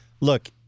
look